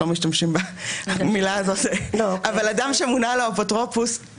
כבר לא משתמשים במילה הזאת אדם שמונה לו אפוטרופוס,